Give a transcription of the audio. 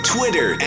Twitter